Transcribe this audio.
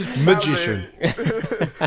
Magician